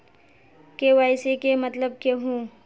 KYC के मतलब केहू?